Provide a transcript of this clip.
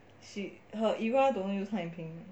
her era don't use 汉语拼音